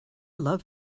love